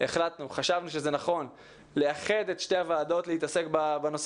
חשבנו שזה נכון לאחד את שתי הוועדות להתעסק בנושא